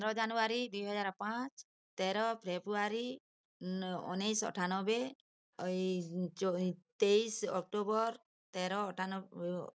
ପନ୍ଦର ଜାନୁଆରୀ ଦୁଇ ହଜାର ପାଞ୍ଚ ତେର ଫେବୃଆରୀ ଉଣେଇଶିଶହ ଅଠାନବେ ଏଇ ତେଇଶି ଅକ୍ଟୋବର ତେର ଅଠାନ